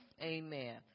Amen